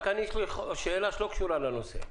יש לי שאלה שלא קשורה לנושא.